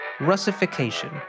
Russification